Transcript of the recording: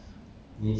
oh